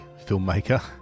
filmmaker